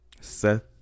Seth